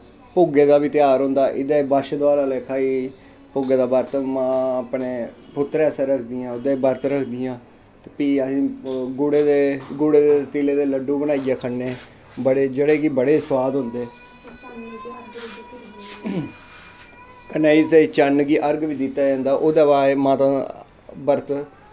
भुग्गे दा बी तेहार होंदा एह्दे च बी बच्छदुआ आह्ला लेक्खा गै भुग्गे दा बरत मां अपने पुत्तरै आस्तै रखदियां उ'दे बरत रखदियां फ्ही गुड़े दे तिले दे लड्डू बनाइयै खन्ने जेह्ड़े कि बड़े सोआद होंदे कन्नै एह्दे च चन्न गी अर्ग बी दित्ता जंदा ओह्दै बाद च माता दा बरत